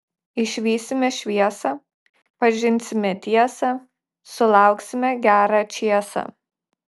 išvysime šviesą pažinsime tiesą sulauksime gerą čėsą